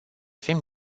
fim